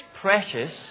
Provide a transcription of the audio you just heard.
precious